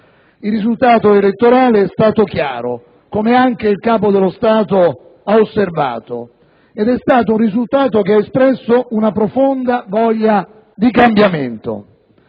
Il risultato elettorale è stato chiaro, come anche il Capo dello Stato ha osservato, ed è stato un risultato che ha espresso una profonda voglia di cambiamento.